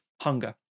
Hunger